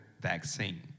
vaccine